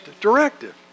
directive